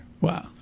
Wow